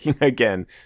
again